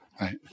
Right